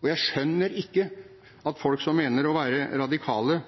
og jeg skjønner ikke at folk som mener å være radikale